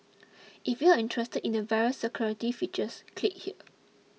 if you're interested in the various security features click here